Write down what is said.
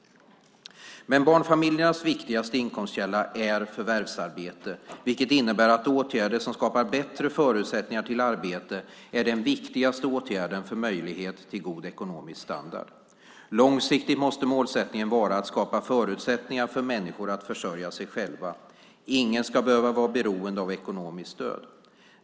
Men barnfamiljernas viktigaste inkomstkälla är förvärvsarbete, vilket innebär att åtgärder som skapar bättre förutsättningar till arbete är den viktigaste åtgärden för möjlighet till god ekonomisk standard. Långsiktigt måste målsättningen vara att skapa förutsättningar för människor att försörja sig själva. Ingen ska behöva vara beroende av ekonomiskt stöd.